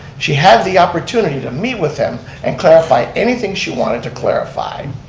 she had the opportunity to meet with him and clarify anything she wanted to clarify,